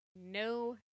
no